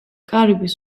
კარიბის